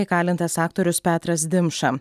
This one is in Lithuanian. įkalintas aktorius petras dimša